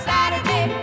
Saturday